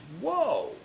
Whoa